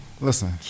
Listen